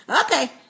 okay